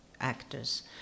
actors